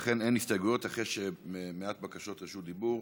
אכן, אין הסתייגויות, אך יש מעט בקשות רשות דיבור.